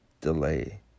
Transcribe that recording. delay